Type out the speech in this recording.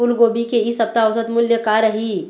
फूलगोभी के इ सप्ता औसत मूल्य का रही?